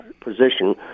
position